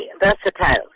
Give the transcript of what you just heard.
versatile